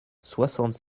soixante